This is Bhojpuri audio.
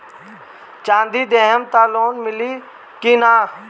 चाँदी देहम त लोन मिली की ना?